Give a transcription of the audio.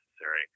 necessary